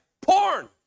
Porn